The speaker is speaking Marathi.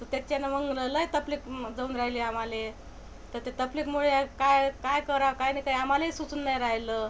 तर त्याच्यानं मग ना लई तकलीफ जाऊन रायली आमाले तर त्या तकलीफमुळे काय काय कराव काय नाही ते आमालेही सुचून नाही रायलं